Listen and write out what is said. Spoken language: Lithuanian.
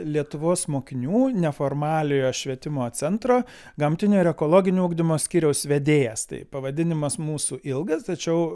lietuvos mokinių neformaliojo švietimo centro gamtinio ir ekologinio ugdymo skyriaus vedėjas tai pavadinimas mūsų ilgas tačiau